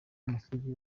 b’amasugi